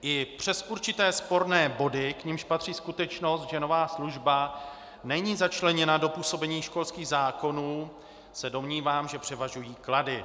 I přes určité sporné body, k nimž patří skutečnost, že nová služba není začleněna do působení školských zákonů, se domnívám, že převažují klady.